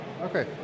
Okay